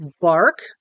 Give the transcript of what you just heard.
bark